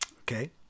Okay